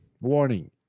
warning